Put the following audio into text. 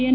N